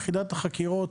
יחידת החקירות,